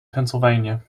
pennsylvania